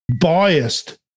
Biased